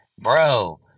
Bro